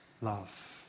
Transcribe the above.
Love